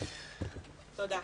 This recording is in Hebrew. תודה.